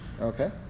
Okay